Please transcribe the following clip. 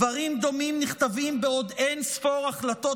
דברים דומים נכתבים בעוד אין-ספור החלטות